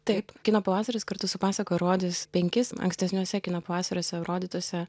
taip kino pavasaris kartu su pasaka rodys penkis ankstesniuose kino pavasariuose rodytuose